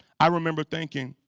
i remember thinking